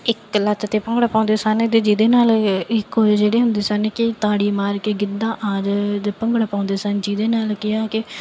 ਇੱਕ ਲੱਤ 'ਤੇ ਭੰਗੜੇ ਪਾਉਂਦੇ ਸਨ ਅਤੇ ਜਿਹਦੇ ਨਾਲ ਇੱਕੋ ਜਿਹੜੇ ਹੁੰਦੇ ਸਨ ਕਿ ਤਾੜੀ ਮਾਰ ਕੇ ਗਿੱਧਾ ਆਦਿ ਦੇ ਭੰਗੜੇ ਪਾਉਂਦੇ ਸਨ ਜਿਹਦੇ ਨਾਲ ਕਿਆ ਕੇ